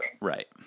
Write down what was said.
Right